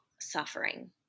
suffering